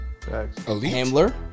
Hamler